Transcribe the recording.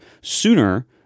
sooner